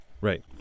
Right